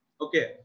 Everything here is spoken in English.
okay